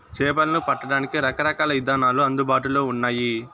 చేపలను పట్టడానికి రకరకాల ఇదానాలు అందుబాటులో ఉన్నయి